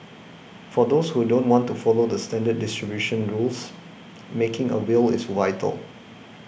for those who don't want to follow the standard distribution rules making a will is vital